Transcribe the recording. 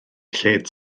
lled